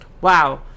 Wow